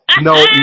No